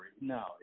No